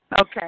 Okay